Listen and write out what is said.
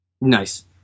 Nice